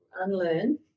unlearn